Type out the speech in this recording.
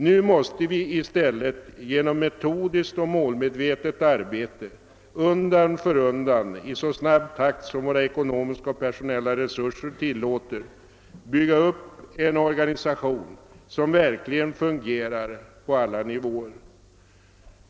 Nu måste vi i stället genom metodiskt och målmedvetet arbete undan för undan i så snabb takt som våra ekonomiska och personella resurser tillåter bygga upp en organisation, som verkligen fungerar på alla nivåer.